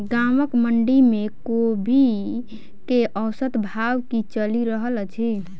गाँवक मंडी मे कोबी केँ औसत भाव की चलि रहल अछि?